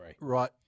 right